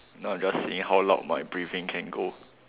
no just seeing how loud my breathing can go